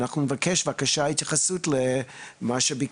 אנחנו נבקש בבקשה התייחסות למה שאמר